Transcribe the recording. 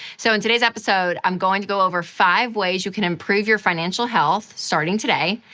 so, in today's episode, i'm going to go over five ways you can improve your financial health starting today,